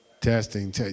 testing